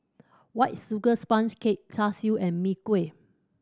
White Sugar Sponge Cake Char Siu and Mee Kuah